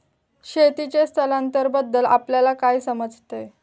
शेतीचे स्थलांतरबद्दल आपल्याला काय समजते?